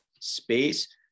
Space